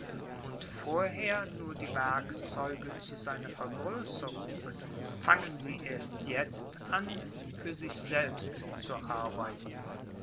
und vorher nur die werkzeuge zu seiner vergrößerung fangen sie erst jetzt an für sich selbst zu arbeiten